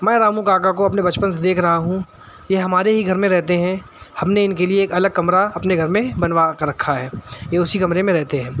میں رامو کاکا کو اپنے بچپن سے دیکھ رہا ہوں یہ ہمارے ہی گھر میں رہتے ہیں ہم نے ان کے لیے ایک الگ کمرہ اپنے گھر میں بنوا کر رکھا ہے یہ اسی کمرے میں رہتے ہیں